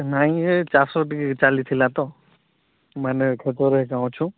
ନାଇଁ ଏ ଚାଷ ଟିକେ ଚାଲିଥିଲା ତ ମାନେ ଖେତରେ ଏକାଁ ଅଛୁ